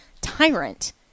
tyrant